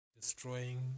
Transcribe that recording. destroying